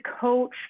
coach